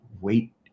wait